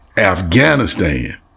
Afghanistan